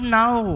now